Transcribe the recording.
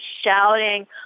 shouting